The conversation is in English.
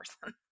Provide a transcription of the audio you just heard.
person